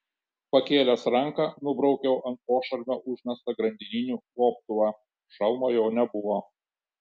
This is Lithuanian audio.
pakėlęs ranką nubraukiau ant pošalmio užmestą grandininių gobtuvą šalmo jau nebuvo